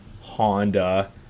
Honda